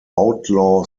outlaw